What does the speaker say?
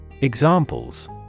Examples